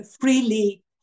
freely